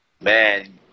Man